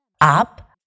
up